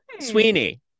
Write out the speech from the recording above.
sweeney